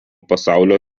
pasaulio